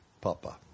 papa